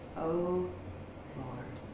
oh lord.